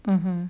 mmhmm